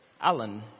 Alan